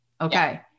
Okay